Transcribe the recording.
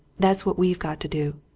that's what we've got to do.